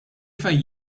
fejn